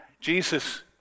Jesus